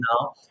now